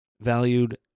Valued